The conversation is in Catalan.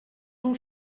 nou